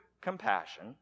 compassion